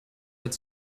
hat